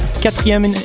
quatrième